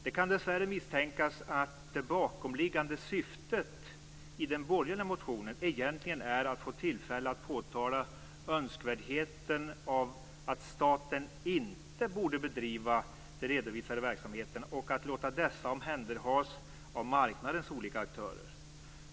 Det kan dessvärre misstänkas att det bakomliggande syftet i den borgerliga motionen egentligen är att få tillfälle att påtala önskvärdheten av att staten inte borde bedriva de redovisade verksamheterna och att låta dessa omhänderhas av marknadens olika aktörer.